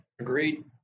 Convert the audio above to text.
Agreed